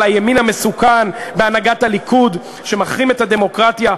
על הימין המסוכן בהנהגת הליכוד שמחרים את הדמוקרטיה,